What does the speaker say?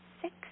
six